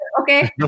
Okay